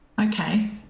Okay